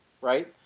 right